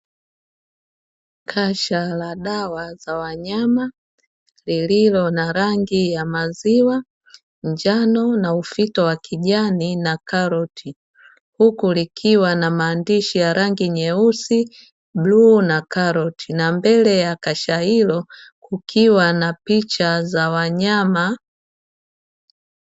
Kasha la dawa za wanyama lililo na rangi ya maziwa, njano, na ufito wa kijani na karoti, huku likiwa na maandishi ya rangi nyeusi, bluu, na karoti, na mbele ya kasha hilo kukiwa na picha za wanyama.